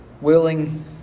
Willing